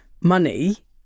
money